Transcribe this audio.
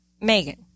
Megan